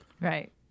Right